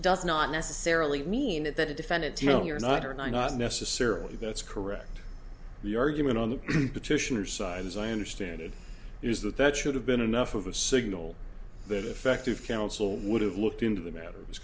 necessarily mean that the defendants you know you're not are not necessarily that's correct the argument on the petitioner side as i understand it is that that should have been enough of a signal that effective counsel would have looked into the matter i